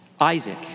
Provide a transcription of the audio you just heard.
Isaac